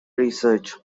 research